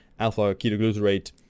alpha-ketoglutarate